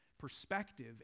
perspective